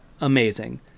amazing